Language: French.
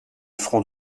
front